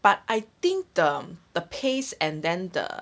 but I think the the pace and then the